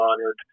honored